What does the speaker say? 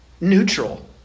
neutral